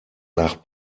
nach